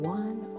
one